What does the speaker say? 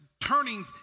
turning